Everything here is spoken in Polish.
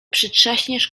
przytrzaśniesz